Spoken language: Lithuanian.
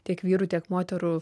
tiek vyrų tiek moterų